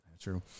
True